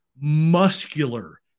muscular